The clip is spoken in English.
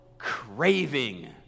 craving